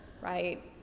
right